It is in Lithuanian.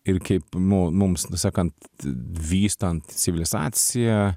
ir kaip mu mums nusakant vystant civilizaciją